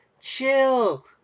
Chill